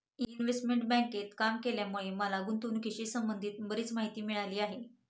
investment बँकेत काम केल्यामुळे मला गुंतवणुकीशी संबंधित बरीच माहिती मिळाली आहे